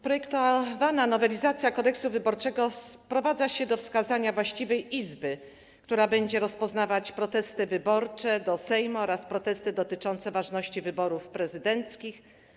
Projektowana nowelizacja Kodeksu wyborczego sprowadza się do wskazania właściwej izby, która będzie rozpoznawać protesty dotyczące wyborów do Sejmu oraz protesty dotyczące ważności wyborów prezydenckich.